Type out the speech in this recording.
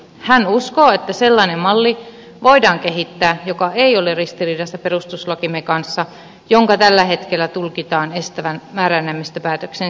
hän uskoo että sellainen malli voidaan kehittää joka ei ole ristiriidassa perustuslakimme kanssa jonka tällä hetkellä tulkitaan estävän määräenemmistöpäätökseen siirtymisen